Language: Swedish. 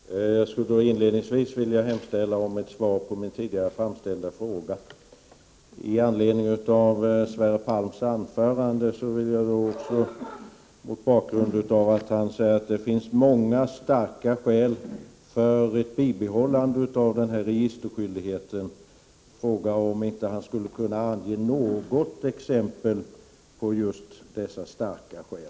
Herr talman! Jag skulle inledningsvis vilja hemställa om ett svar på min tidigare framställda fråga. Sverre Palm sade i sitt anförande att det finns många starka skäl för ett bibehållande av registerskyldigheten. Jag skulle då vilja fråga, om han inte skulle kunna ange något av dessa starka skäl.